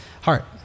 heart